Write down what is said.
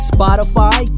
Spotify